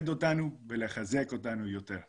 הדת ולחזק את הגאווה שלנו ביהדות שלנו.